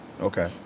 okay